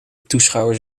toeschouwers